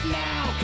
now